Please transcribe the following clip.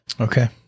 Okay